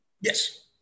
Yes